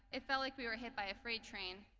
it felt like we were hit by a freight train.